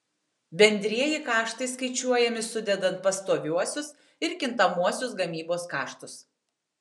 bendrieji kaštai skaičiuojami sudedant pastoviuosius ir kintamuosius gamybos kaštus